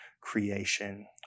creation